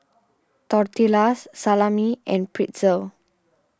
Tortillas Salami and Pretzel